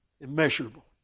Immeasurable